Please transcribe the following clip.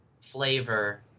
flavor